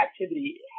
activity